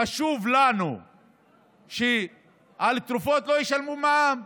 חשוב לנו שעל תרופות לא ישלמו מע"מ,